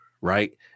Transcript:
right